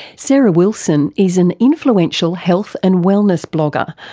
sarah wilson is an influential health and wellness blogger,